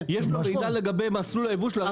יש לו מידע לגבי מסלול הייבוא של הרכב?